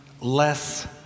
less